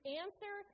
answer